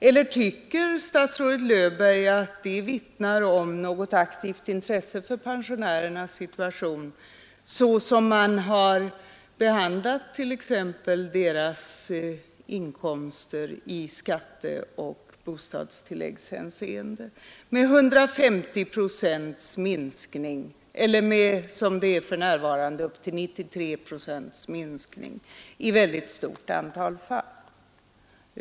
Eller tycker statsrådet Löfberg att behandlingen av deras inkomster med avseende på skatteoch bostadstilläggen vittnar om något aktivt intresse för pensionärernas situation, då de fått 150 procents minskning eller, som för närvarande, upp till 93 procents minskning i ett stort antal fall?